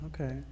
Okay